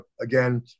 again